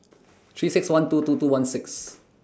three six one two two two one six